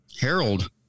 Harold